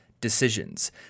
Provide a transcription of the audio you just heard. Decisions